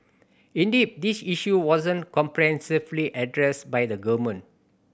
indeed this issue wasn't comprehensively addressed by the government